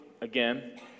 again